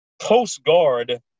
post-guard